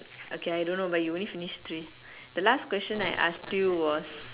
okay I don't know but you only finish three the last question I asked you was